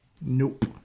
Nope